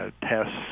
tests